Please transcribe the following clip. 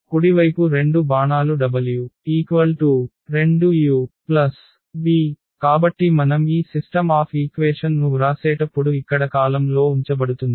కాబట్టి ఇక్కడ 1122⇒w2uv కాబట్టి మనం ఈ సిస్టమ్ ఆఫ్ ఈక్వేషన్ ను వ్రాసేటప్పుడు ఇక్కడ కాలమ్లో ఉంచబడుతుంది